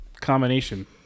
combination